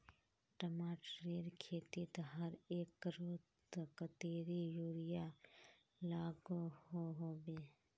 टमाटरेर खेतीत हर एकड़ोत कतेरी यूरिया लागोहो होबे?